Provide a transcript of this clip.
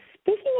speaking